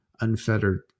unfettered